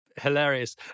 Hilarious